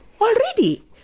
Already